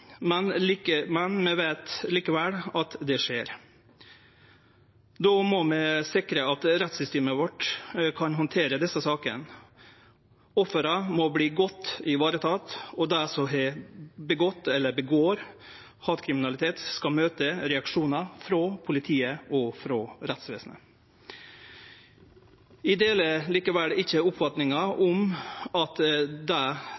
Vi veit likevel at det skjer. Då må vi sikre at rettssystemet vårt kan handtere desse sakene. Offera må verte godt varetekne, og dei som utfører hatkriminalitet, skal møte reaksjonar frå politiet og rettsvesenet. Eg deler likevel ikkje oppfatninga om at dei tiltaka som vert føreslegne i representantforslaget, er løysinga. Det